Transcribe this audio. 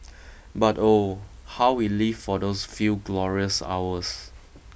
but oh how we lived for those few glorious hours